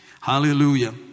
Hallelujah